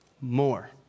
more